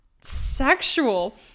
sexual